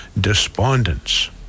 despondence